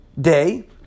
day